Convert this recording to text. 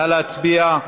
נא להצביע.